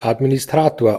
administrator